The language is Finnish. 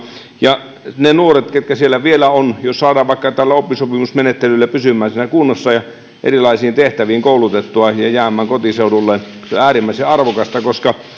ja jos ne nuoret ketkä siellä vielä ovat saadaan vaikka tällä oppisopimusmenettelyllä pysymään siinä kunnassa ja erilaisiin tehtäviin koulutettua ja ja jäämään kotiseudulleen niin se on äärimmäisen arvokasta koska